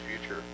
future